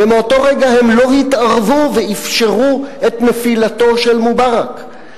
ומאותו רגע הם לא התערבו ואפשרו את נפילתו של מובארק.